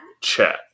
Chat